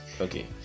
Okay